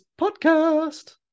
podcast